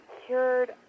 secured